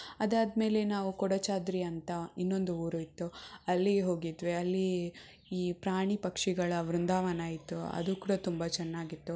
ಅದಾದ ಮೇಲೆ ನಾವು ಕೊಡಚಾದ್ರಿ ಅಂತ ಇನ್ನೊಂದು ಊರು ಇತ್ತು ಅಲ್ಲಿಗೆ ಹೋಗಿದ್ವಿ ಅಲ್ಲಿ ಈ ಪ್ರಾಣಿ ಪಕ್ಷಿಗಳ ವೃಂದಾವನ ಇತ್ತು ಅದು ಕೂಡ ತುಂಬ ಚೆನ್ನಾಗಿತ್ತು